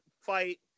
fight